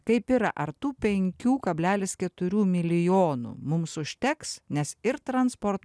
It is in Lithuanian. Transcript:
kaip yra ar tų penkių kablelis keturių milijonų mums užteks nes ir transpor